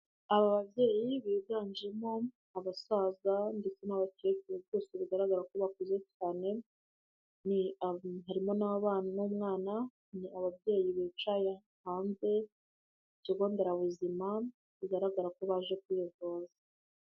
Aba babyeyi biganjemo abasaza ndetse n'abakecuru rwoseu bigaragara ko bakuze cyane, ni harimo n'abana n'umwana, ni ababyeyi bicaye hanze ku kigonderabuzima bigaragara ko baje kwivuza.